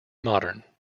modern